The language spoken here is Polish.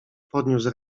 podniósł